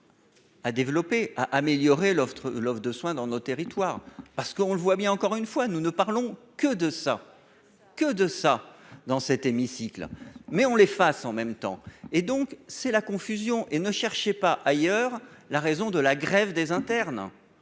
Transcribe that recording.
à développer, à améliorer l'offre, l'offre de soins dans nos territoires, parce qu'on le voit bien, encore une fois, nous ne parlons que de ça que de ça dans cet hémicycle mais on les fasse en même temps, et donc c'est la confusion et ne cherchez pas ailleurs, la raison de la grève des internes,